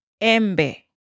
MB